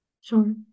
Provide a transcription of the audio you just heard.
Sure